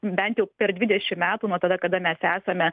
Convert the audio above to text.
bent jau per dvidešimt metų nuo tada kada mes esame